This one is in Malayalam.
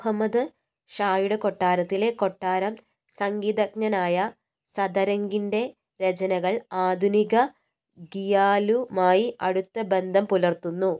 മുഹമ്മദ് ഷായുടെ കൊട്ടാരത്തിലെ കൊട്ടാരം സംഗീതജ്ഞനായ സദരംഗിന്റെ രചനകൾ ആധുനിക ഖിയാലുമായി അടുത്ത ബന്ധം പുലർത്തുന്നു